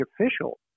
official